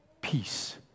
peace